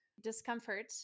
discomfort